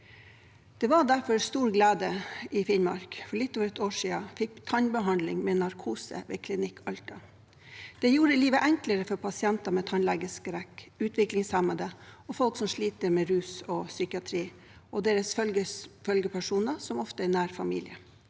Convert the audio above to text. Det var derfor stor glede i Finnmark da man for litt over et år siden fikk tannbehandling med narkose ved Klinikk Alta. Det gjorde livet enklere for pasienter med tannlegeskrekk, utviklingshemmede, folk som sliter med rus og psykiatri, og deres følgepersoner, som ofte er nær familie.